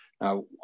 Now